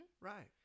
right